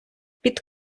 під